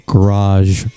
Garage